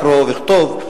קרוא וכתוב,